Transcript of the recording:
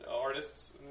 artists